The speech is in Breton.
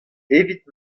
evit